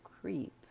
creep